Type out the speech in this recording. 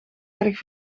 erg